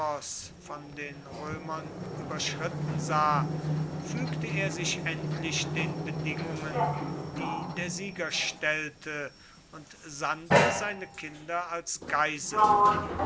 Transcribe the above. von den römern überschritten sah fügte er sich endlich den bedingungen die der sieger stellte und sandte seine kinder als geiseln